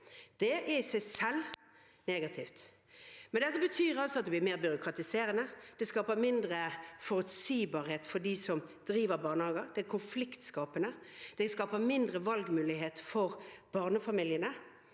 Det er i seg selv negativt. Dette betyr altså at det blir mer byråkratiserende, det skaper mindre forutsigbarhet for dem som driver barnehager, det er konfliktskapende, det skaper mindre valgmulighet for barnefamiliene